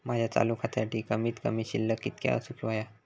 माझ्या चालू खात्यासाठी कमित कमी शिल्लक कितक्या असूक होया?